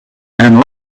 and